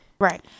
Right